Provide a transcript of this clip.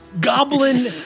Goblin